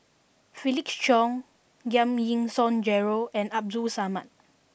Felix Cheong Giam Yean Song Gerald and Abdul Samad